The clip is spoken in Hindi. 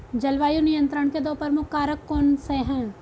जलवायु नियंत्रण के दो प्रमुख कारक कौन से हैं?